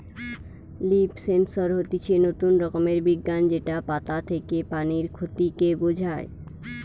leaf sensor হতিছে নতুন রকমের বিজ্ঞান যেটা পাতা থেকে পানির ক্ষতি কে বোঝায়